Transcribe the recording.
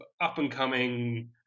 up-and-coming